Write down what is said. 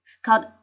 called